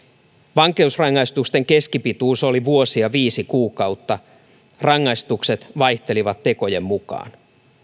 vankeusrangaistusten keskipituus oli yksi vuosi ja viisi kuukautta rangaistukset vaihtelivat tekojen mukaan